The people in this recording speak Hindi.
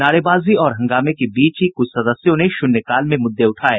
नारेबाजी और हंगामे के बीच ही कुछ सदस्यों ने शून्यकाल में मुददे उठाये